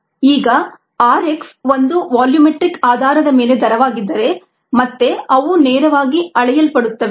rgddtVdxdt ಈಗ r x ಒಂದು volumetric ಆಧಾರದ ಮೇಲೆ ದರವಾಗಿದ್ದರೆ ಮತ್ತೆ ಅವು ನೇರವಾಗಿ ಅಳೆಯಲ್ಪಡುತ್ತವೆ